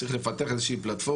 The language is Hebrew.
צריך לפתח איזו שהיא פלטפורמה.